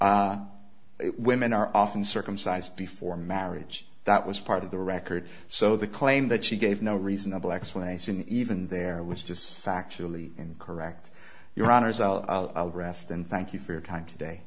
it women are often circumcised before marriage that was part of the record so the claim that she gave no reasonable explanation even there was just factually incorrect your honour's i'll rest and thank you for your time today